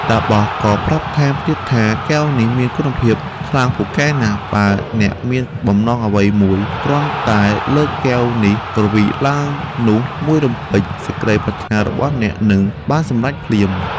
តាបសក៏ប្រាប់ថែមទៀតថា កែវនេះមានគុណភាពខ្លាំងពូកែណាស់ បើអ្នកមានបំណងអ្វីមួយ គ្រាន់តែលើកកែវនេះគ្រវីឡើងនោះមួយរំពេច សេចក្តីប្រាថ្នារបស់អ្នកនឹង បានសម្រេចភ្លាម។